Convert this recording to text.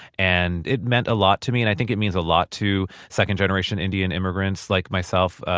and it meant a lot to me. and i think it means a lot to second-generation indian immigrants like myself.